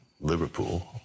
Liverpool